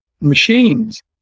machines